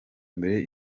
mbere